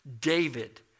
David